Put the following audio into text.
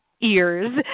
ears